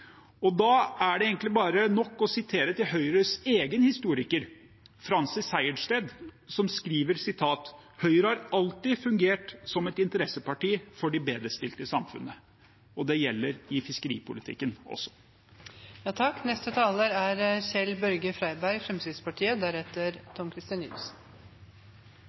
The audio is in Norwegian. Da er det egentlig nok å sitere Høyres egen historiker, Francis Sejersted, som skriver: «Høyre har alltid fungert som et interesseparti for de bedrestilte i samfunnet.» Det gjelder i fiskeripolitikken også. Det er to ting med fisk som jeg tror vi alle sammen kan være enig i: Det er